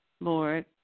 Lord